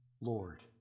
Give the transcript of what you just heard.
Lord